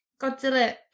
Godzilla